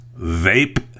vape